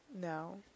No